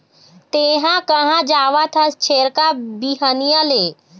तेंहा कहाँ जावत हस छेरका, बिहनिया ले?